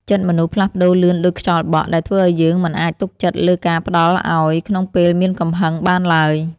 ចិត្តមនុស្សផ្លាស់ប្តូរលឿនដូចខ្យល់បក់ ដែលធ្វើឱ្យយើងមិនអាចទុកចិត្តលើការផ្ដល់ឱ្យក្នុងពេលមានកំហឹងបានឡើយ។